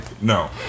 No